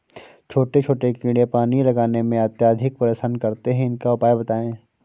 छोटे छोटे कीड़े पानी लगाने में अत्याधिक परेशान करते हैं इनका उपाय बताएं?